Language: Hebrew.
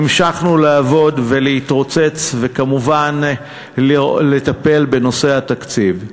המשכנו לעבוד ולהתרוצץ, וכמובן לטפל בנושא התקציב.